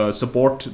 support